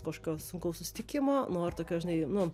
kažkokio sunkaus susitikimo nu ar tokio žinai nu